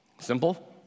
Simple